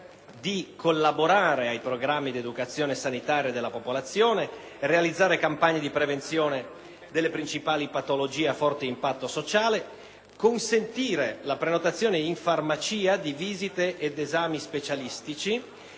di collaborare ai programmi di educazione sanitaria della popolazione; di realizzare campagne di prevenzione delle principali patologie a forte impatto sociale; di consentire la prenotazione in farmacia di visite ed esami specialistici.